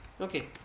Okay